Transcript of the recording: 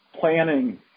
planning